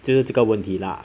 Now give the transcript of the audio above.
就是这个问题 lah